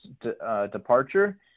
departure